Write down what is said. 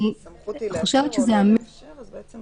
הסמכות היא לאשר או לא לאשר, אז לא